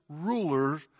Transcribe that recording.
rulers